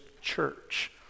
church